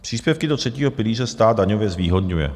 Příspěvky do třetího pilíře stát daňově zvýhodňuje.